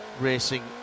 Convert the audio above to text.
racing